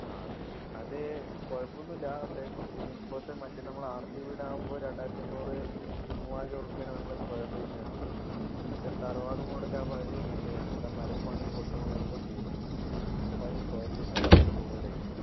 ആ അത് കുഴപ്പമൊന്നുമില്ല പക്ഷെ അതിന് ഇപ്പോഴത്തെ മറ്റേ നമ്മൾ ആർസി വീടാകുമ്പോ രണ്ടായിരത്തി എണ്ണൂറ് മുവായിരം ഉറുപ്യയാണ് നമ്മൾ സ്ക്വയർ ഫീറ്റിന് ഇടുന്നത് മറ്റേ തറവാട് മോഡലാകുമ്പോൾ അതിന് മറ്റേ നമ്മടെ മരപ്പണി കൊത്തുപണിയൊക്കെ കുടും അപ്പോ അതിനു സ്ക്വയർ ഫീറ്റിന് പൈസ കൂടുതലായിരിക്കും